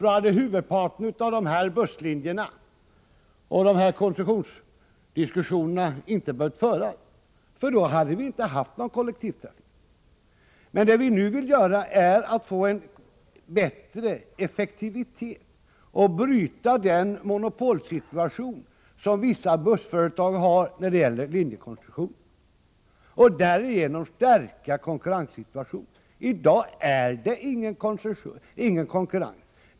Då hade huvudparten av de busslinjer och koncessionsinnehav som vi här debatterar aldrig funnits. Då hade vi inte haft någon kollektivtrafik. Det vi nu vill göra är att åstadkomma en bättre effektivitet och bryta den monopolsituation som vissa bussföretag har när det gäller linjekoncessionen. Därigenom kan vi stärka konkurrensen. I dag är det ingen konkurrens.